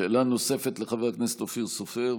שאלה נוספת לחבר הכנסת אופיר סופר.